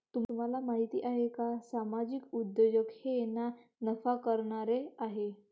तुम्हाला माहिती आहे का सामाजिक उद्योजक हे ना नफा कमावणारे आहेत